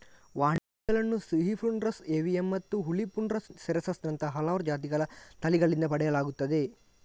ವಾಣಿಜ್ಯ ಚೆರ್ರಿಗಳನ್ನು ಸಿಹಿ ಪ್ರುನಸ್ ಏವಿಯಮ್ಮತ್ತು ಹುಳಿ ಪ್ರುನಸ್ ಸೆರಾಸಸ್ ನಂತಹ ಹಲವಾರು ಜಾತಿಗಳ ತಳಿಗಳಿಂದ ಪಡೆಯಲಾಗುತ್ತದೆ